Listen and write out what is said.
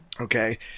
Okay